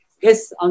yes